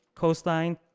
coastline,